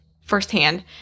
firsthand